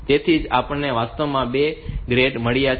તેથી જ આપણને વાસ્તવમાં બે ગ્રેડ મળ્યા છે